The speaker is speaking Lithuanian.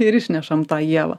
ir išnešam tą ievą